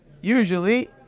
usually